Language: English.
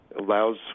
allows